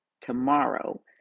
tomorrow